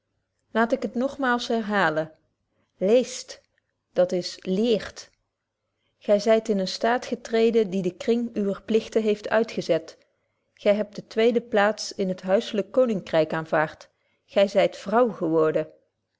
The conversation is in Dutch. laat ik het nogmaals herhalen leest dat is leert gy zyt in eenen staat getreden die den kring uwer pligten heeft uitgezet gy hebt de tweede plaats in het huizelyk koningryk aanvaart gy zyt vrouw geworden